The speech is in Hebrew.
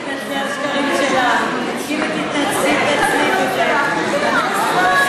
ותתנצלי על שקרים שלך, אין בעיה,